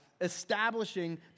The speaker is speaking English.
establishing